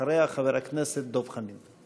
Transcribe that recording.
אחריה, חבר הכנסת דב חנין.